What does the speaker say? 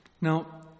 Now